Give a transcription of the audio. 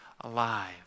alive